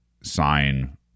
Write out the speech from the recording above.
sign